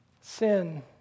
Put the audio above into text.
Sin